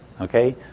Okay